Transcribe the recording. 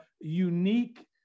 unique